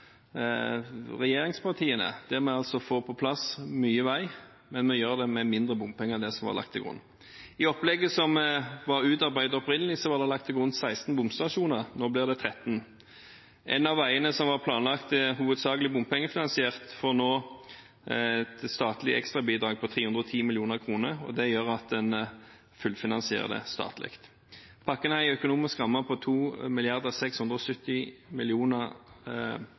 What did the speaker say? regjeringspartiene, der vi får på plass mye vei, men vi gjør det med mindre bompenger enn det som var lagt til grunn. I opplegget som var utarbeidet opprinnelig, var det lagt til grunn 16 bomstasjoner. Nå blir det 13. Én av veiene som hovedsakelig var planlagt bompengefinansiert, får nå et statlig ekstrabidrag på 310 mill. kr, og det gjør at en fullfinansierer det statlig. Pakken har en økonomisk ramme på 2 670